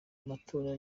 matora